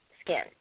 skin